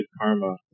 karma